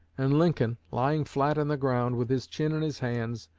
and lincoln, lying flat on the ground, with his chin in his hands,